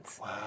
Wow